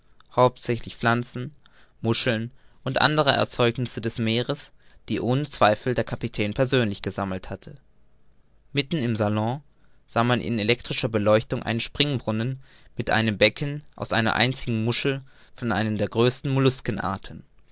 hauptsächlich pflanzen muscheln und andere erzeugnisse des meeres die ohne zweifel der kapitän persönlich gesammelt hatte mitten im salon sah man in elektrischer beleuchtung einen springbrunnen mit einem becken aus einer einzigen muschel von einer der größten